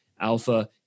Alpha